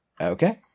Okay